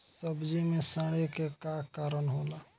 सब्जी में सड़े के का कारण होला?